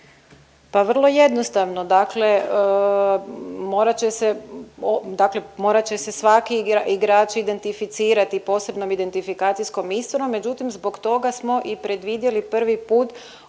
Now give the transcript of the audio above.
Pa vrlo jednostavno, dakle morat će se svaki igrač identificirati posebnom identifikacijskom …, međutim zbog toga smo i predvidjeli prvi put oduzimanje